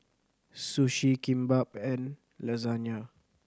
Sushi Kimbap and Lasagne